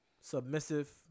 submissive